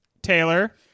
Taylor